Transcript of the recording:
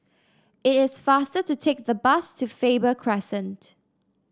it is faster to take the bus to Faber Crescent